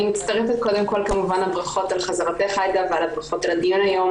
אני מצטרפת קודם כל לברכות על חזרתך עאידה ועל הדיון היום.